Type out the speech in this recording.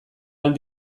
ahal